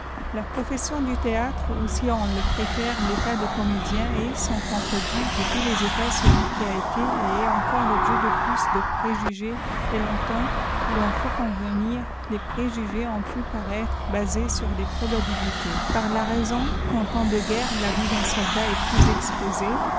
la profession du théâtre ou si on le préfère l'état de comédien est sans contredit de toua les états celui qui a été t est encore tobjet de pkis de préjugés et longtemps il en faut convehfr ës préjugés ont pu paraître basés sur des probabilités ifar la hiisôn qu'en temps de guerre la vie d un soldat est plus exposée